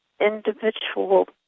individual